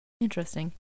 Interesting